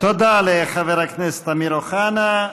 תודה לחבר הכנסת אמיר אוחנה.